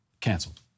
canceled